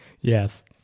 Yes